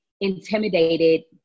intimidated